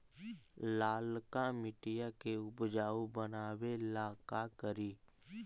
लालका मिट्टियां के उपजाऊ बनावे ला का करी?